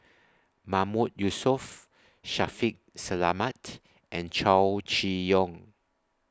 Mahmood Yusof Shaffiq Selamat and Chow Chee Yong